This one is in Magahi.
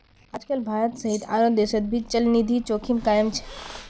आजकल भारत सहित आरो देशोंत भी चलनिधि जोखिम कायम छे